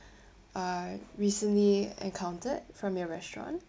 uh recently encountered from your restaurant